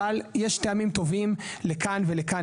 אבל יש טעמים טובים לכאן ולכאן.